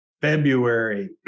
February